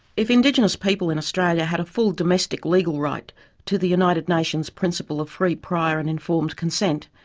if indigenous people in australia had a full domestic legal right to the united nations principle of free, prior and informed consent,